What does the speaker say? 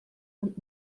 und